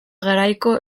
garaiko